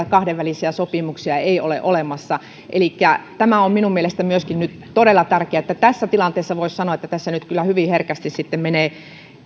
kahdenvälisiä sopimuksia ei ole olemassa myöskin tämä on minun mielestäni nyt todella tärkeää eli tässä tilanteessa voisi sanoa että nyt kyllä hyvin herkästi menee